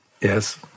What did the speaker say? Yes